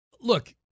Look